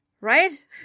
right